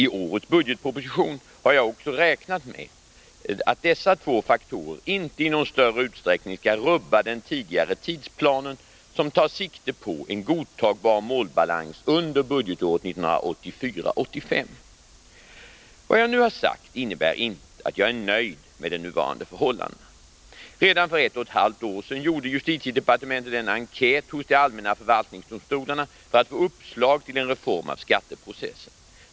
I årets budgetproposition har jag också räknat med att dessa två faktorer inte i någon större utsträckning skall rubba den tidigare tidsplanen, som tar sikte på en godtagbar målbalans under budgetåret 1984/85. Vad jag nu har sagt innebär inte att jag är nöjd med de nuvarande förhållandena. Redan för ett och ett halvt år sedan gjorde justitiedepartementet en enkät hos de allmänna förvaltningsdomstolarna för att få uppslag till en reform av skatteprocessen.